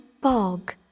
bog